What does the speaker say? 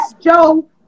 Joe